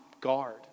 guard